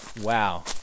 Wow